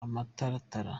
amataratara